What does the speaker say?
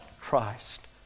Christ